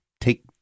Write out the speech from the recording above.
take